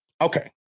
Okay